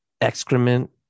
excrement